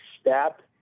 step